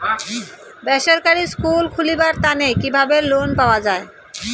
বেসরকারি স্কুল খুলিবার তানে কিভাবে লোন পাওয়া যায়?